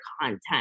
content